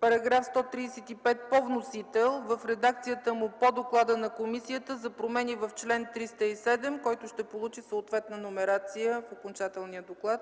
§ 135 по вносител в редакцията му по доклада на комисията за промени в чл. 307, който ще получи съответна номерация в окончателния доклад.